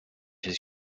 his